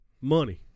money